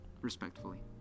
Respectfully